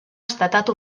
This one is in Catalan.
estatal